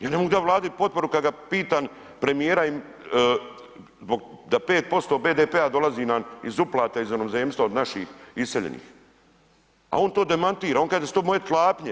Ja ne mogu dati Vladi potporu kada pitam premijera da 5% BDP-a dolazi nam iz uplata iz inozemstva od naših iseljenih, a on to demantira, on kaže da su to moje klapnje.